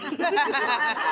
אפילו אספר לכם סוד קטן: